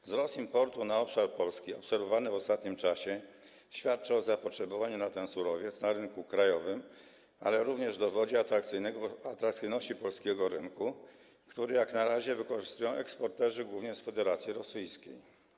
Wzrost importu na obszar Polski obserwowany w ostatnim czasie świadczy o zapotrzebowaniu na ten surowiec na rynku krajowym, ale również dowodzi atrakcyjności polskiego rynku, co jak na razie wykorzystują eksporterzy głównie z Federacji Rosyjskiej.